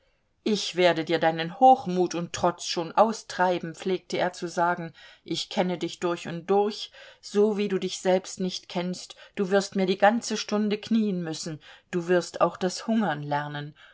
ich werde dir deinen hochmut und trotz schon austreiben pflegte er zu sagen ich kenne dich durch und durch so wie du dich selbst nicht kennst du wirst mir die ganze stunde knien müssen du wirst auch das hungern lernen